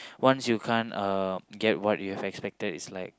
once you can't uh get what you expected is like